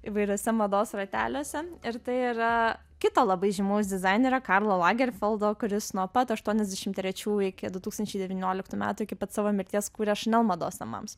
įvairiuose mados rateliuose ir tai yra kito labai žymaus dizainerio karlo lagerfeldo kuris nuo pat aštuoniasdešim trečių iki du tūkstančiai devynioliktų metų iki pat savo mirties kūrė chanel mados namams